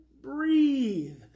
breathe